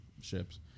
ships